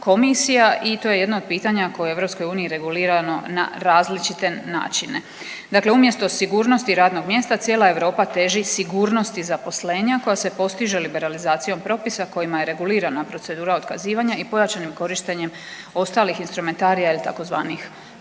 i to je jedno od pitanja koje je u EU regulirano na različite načine, dakle umjesto sigurnosti radnog mjesta cijela Europa teži sigurnosti zaposlenja koja se postiže liberalizacijom propisa kojima je regulirana procedura otkazivanja i pojačanim korištenjem ostalih instrumentarija ili tzv.